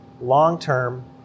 long-term